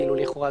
לכאורה,